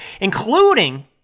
including